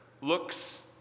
looks